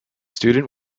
student